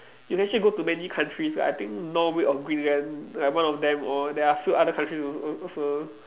he actually go to many countries like I think Norway or Greenland like one of them or there are a few other countries als~ also